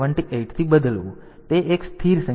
તેથી તે એક સ્થિર સંખ્યા છે